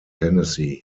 tennessee